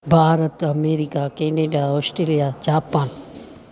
Bharat America Canada Australia Japan